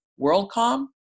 worldcom